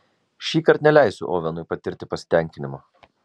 šįkart neleisiu ovenui patirti pasitenkinimo